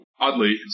Oddly